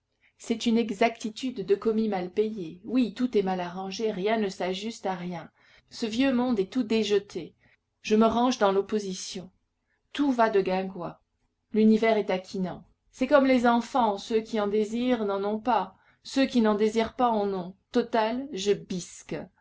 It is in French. c'est une inexactitude de commis mal payé oui tout est mal arrangé rien ne s'ajuste à rien ce vieux monde est tout déjeté je me range dans l'opposition tout va de guingois l'univers est taquinant c'est comme les enfants ceux qui en désirent n'en ont pas ceux qui n'en désirent pas en ont total je bisque